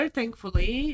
Thankfully